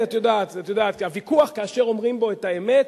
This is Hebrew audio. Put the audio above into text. ואת יודעת, הוויכוח כאשר אומרים בו את האמת,